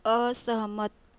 असहमत